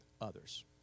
others